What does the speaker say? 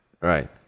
Right